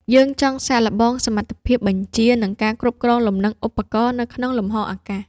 យើងចង់សាកល្បងសមត្ថភាពបញ្ជា និងការគ្រប់គ្រងលំនឹងឧបករណ៍នៅក្នុងលំហអាកាស។